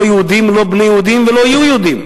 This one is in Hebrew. לא בני יהודים ולא יהיו יהודים,